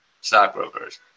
stockbrokers